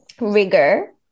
rigor